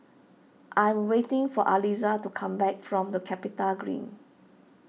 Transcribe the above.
I am waiting for Aliza to come back from the CapitaGreen